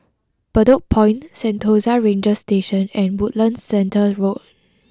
Bedok Point Sentosa Ranger Station and Woodlands Centre Road